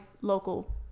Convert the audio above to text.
local